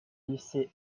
lycée